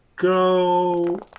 Go